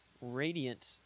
Radiant